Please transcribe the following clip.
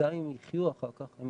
גם אם הם יחיו אחר כך הם